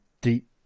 Deep